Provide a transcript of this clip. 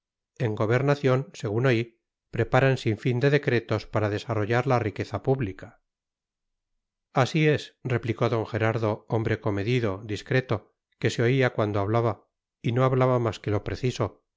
en gobernación según oí preparan sin fin de decretos para desarrollar la riqueza pública así es replicó d gerardo hombre comedido discreto que se oía cuando hablaba y no hablaba más que lo preciso